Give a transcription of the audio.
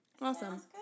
Awesome